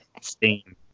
steam